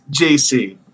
JC